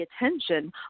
attention